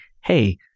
hey